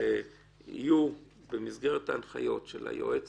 שיהיו בהנחיות של היועץ